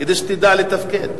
כדי שתדע לתפקד.